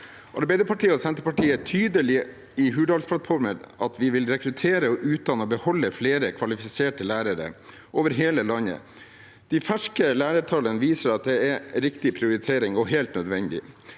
Arbeiderpartiet og Senterpartiet er i Hurdalsplattformen tydelige på at vi vil rekruttere, utdanne og beholde flere kvalifiserte lærere over hele landet. De ferske lærertallene viser at det er riktig prioritering og helt nødvendig.